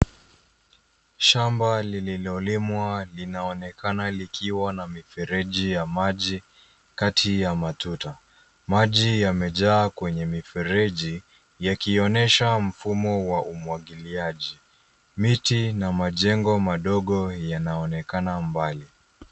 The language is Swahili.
Shamba lililolimwa linaonekana likiwa na mifereji ya maji kati ya matuta. Maji yamejaa kwenye mifereji, yakionyesha mfumo wa umwagiliaji. Miti na majengo madogo yanaonekana mbali.